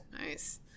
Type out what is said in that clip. nice